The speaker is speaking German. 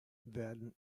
werden